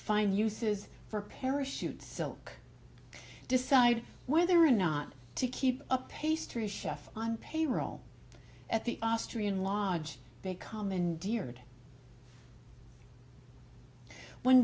find uses for parachute silk decide whether or not to keep up pastry chef on payroll at the austrian large big commandeered one